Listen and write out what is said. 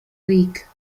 week